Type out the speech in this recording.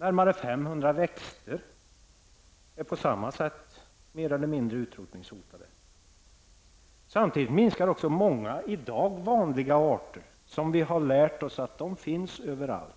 Närmare 500 växter är på samma sätt mer eller mindre utrotningshotade. Samtidigt minskar också många i dag vanliga arter som vi har lärt oss att de finns överallt,